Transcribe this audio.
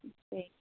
okay